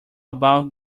about